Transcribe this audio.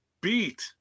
beat